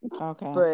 okay